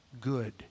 good